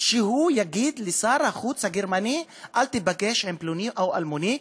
להגיד לשר החוץ הגרמני: אל תיפגש עם פלוני או אלמוני,